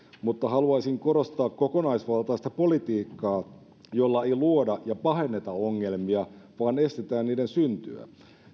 mutta haluaisin korostaa kokonaisvaltaista politiikkaa jolla ei luoda ja pahenneta ongelmia vaan estetään niiden syntyä